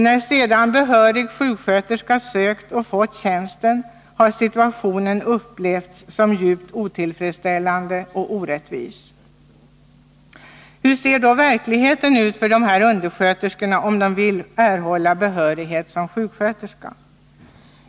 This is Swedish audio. När sedan behörig sjuksköterska sökt och fått tjänsten har situationen upplevts som djupt otillfredsställande och orättvis. Hur ser då verkligheten ut för dessa undersköterskor om de vill erhålla behörighet som sjuksköterska?